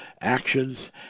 actions